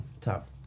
top